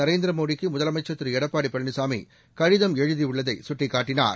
நரேந்திர மோடிக்கு முதலமைச்சர் திரு எடப்பாடி பழனிசாமி கடிதம் எழுதியுள்ளதை சுட்டிக்காட்டினார்